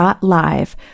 Live